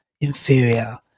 inferior